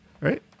right